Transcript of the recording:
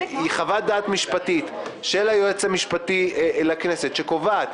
יש חוות דעת משפטית של היועץ המשפטי כנסת שקובעת